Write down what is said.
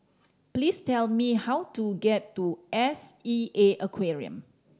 please tell me how to get to S E A Aquarium